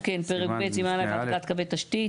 פרק ב', סימן א': העתקת קווי תשתית.